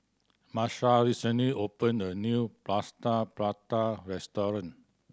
Marsha recently opened a new Plaster Prata restaurant